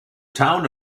town